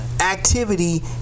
activity